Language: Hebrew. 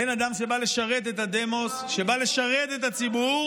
בין אדם שבא לשרת את הדמוס, שבא לשרת את הציבור,